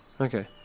Okay